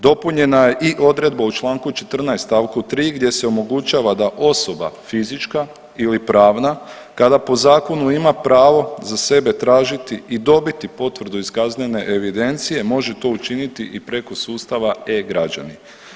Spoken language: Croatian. Dopunjena je i odredba u čl. 14. st. 3. gdje se omogućava da osoba fizička ili pravna kada po zakonu ima pravo za sebe tražiti i dobiti potvrdu iz kaznene evidencije može to učiniti i preko sustava e-građanin.